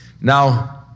Now